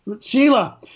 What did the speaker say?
Sheila